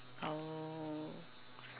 oh